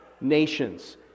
nations